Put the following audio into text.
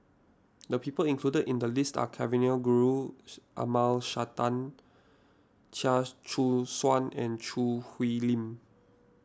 the people included in the list are Kavignareru Amallathasan Chia Choo Suan and Choo Hwee Lim